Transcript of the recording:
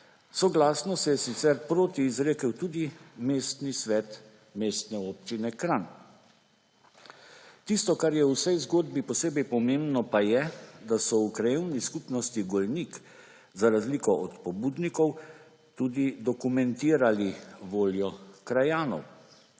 Soglasno se je sicer proti izrekel tudi mestni svet Mestne občine Kranj. Tisto, kar je v vsej zgodbi posebej pomembno, pa je, da so v Krajevni skupnosti Golnik za razliko od pobudnikov tudi dokumentirali voljo krajanov.